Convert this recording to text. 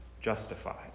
justified